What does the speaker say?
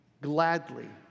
gladly